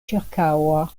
ĉirkaŭa